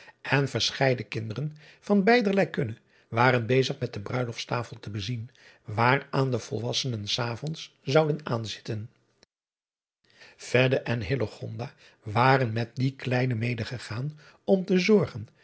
en verscheiden kinderen van beiderlei kunne waren bezig met de bruiloftstafel te bezien waaraan de volwassenen s avonds zouden aanzitten en waren met die kleinen medegegaan om te zorgen